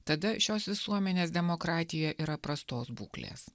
tada šios visuomenės demokratija yra prastos būklės